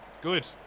Good